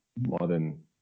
modern